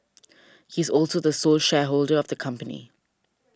he is also the sole shareholder of the company